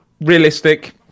realistic